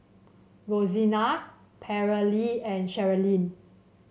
Rosina Paralee and Cherilyn